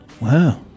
Wow